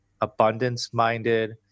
abundance-minded